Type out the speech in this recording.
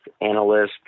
analysts